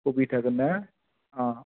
कबि थागोन्ना अह